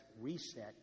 reset